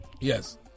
Yes